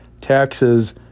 taxes